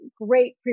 great